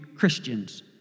Christians